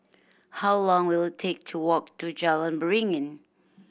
how long will it take to walk to Jalan Beringin